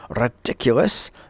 ridiculous